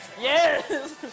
Yes